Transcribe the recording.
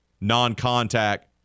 non-contact